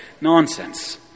Nonsense